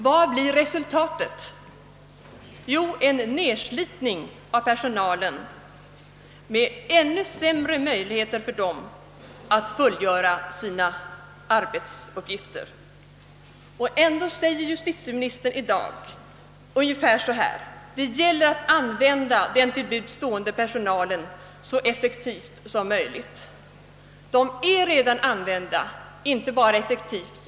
Vad blir resultatet? Jo, en nedslitning av personalen med ännu sämre möjligheter för denna att fullgöra: sina arbetsuppgifter som följd. Ändå sä ger justitieministern i dag ungefär så här: Det gäller att använda den till buds stående personalen så effektivt som möjligt. Den är redan använd mer än effektivt.